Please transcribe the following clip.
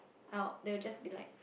how they will just be like